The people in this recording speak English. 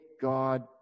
god